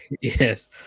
Yes